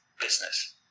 business